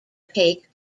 take